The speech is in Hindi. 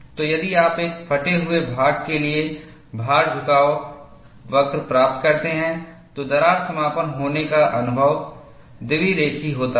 तो यदि आप एक फटे हुए भाग के लिए भार झुकाव वक्र प्राप्त करते हैं तो दरार समापन होने का अनुभव द्विरेखीय होता है